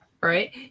right